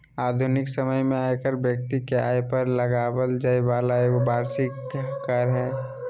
आधुनिक समय में आयकर व्यक्ति के आय पर लगाबल जैय वाला एगो वार्षिक कर हइ